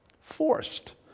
forced